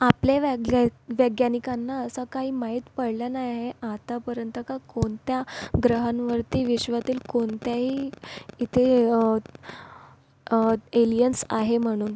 आपल्या वैग्या वैग्यानिकांना असा काही माहीत पडलं नाही आहे आतापर्यंत का कोणत्या ग्रहांवरती विश्वातील कोणत्याही इथे एलियन्स आहे म्हणून